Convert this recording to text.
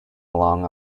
along